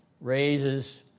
raises